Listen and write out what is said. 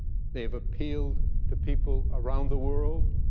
they have appealed to people around the world,